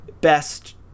best